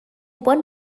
one